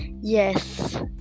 Yes